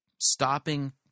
stopping